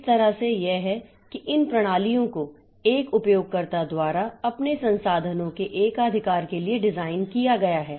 इस तरह से यह है कि इन प्रणालियों को एक उपयोगकर्ता द्वारा अपने संसाधनों के एकाधिकार के लिए डिज़ाइन किया गया है